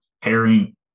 pairing